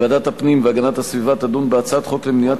ועדת הפנים והגנת הסביבה תדון בהצעת חוק למניעת